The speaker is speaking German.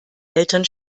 eltern